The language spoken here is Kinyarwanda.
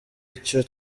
icyo